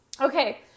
Okay